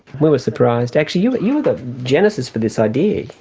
we were surprised. actually you you were the genesis for this idea.